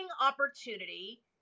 opportunity